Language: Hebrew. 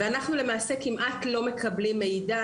ואנחנו למעשה כמעט לא מקבלים מידע,